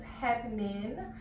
happening